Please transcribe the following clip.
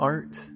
Art